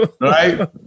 right